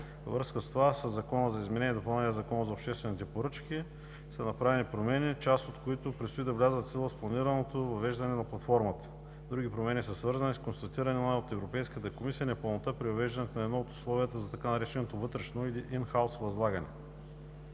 връзка с това със Закона за изменение и допълнение на Закона за обществените поръчки (ДВ, бр. 86 от 2018 г.) са направени промени, част от които предстои да влязат в сила с планираното въвеждане на платформата. Други промени са свързани с констатирана от Европейската комисия непълнота при въвеждане на едно от условията за така нареченото „вътрешно (in-house) възлагане“.